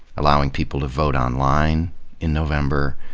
allowing people to vote online in november,